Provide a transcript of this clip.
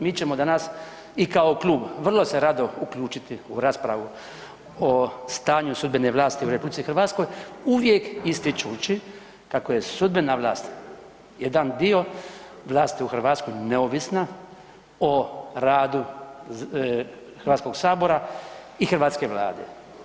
Mi ćemo danas i kao klub vrlo se rado uključiti u raspravu o stanju sudbene vlasti u RH uvijek ističući kako je sudbena vlast jedan dio vlasti u Hrvatskoj neovisna o radu Hrvatskog sabora i hrvatske Vlade.